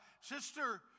Sister